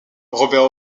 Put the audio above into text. robert